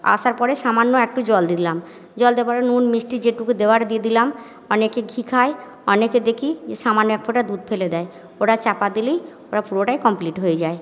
আসার পরে সামান্য একটু জল দিয়ে দিলাম জল দেবার নুন মিষ্টি যেটুকু দেওয়ার দিযে দিলাম অনেকে ঘি খায় অনেকে দেখি যে সামান্য একফোঁটা দুধ ফেলে দেয় ওটা চাপা দিলেই ওটা পুরোটাই কমপ্লিট হয়ে যায়